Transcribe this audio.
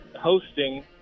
hosting